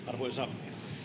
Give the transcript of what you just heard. arvoisa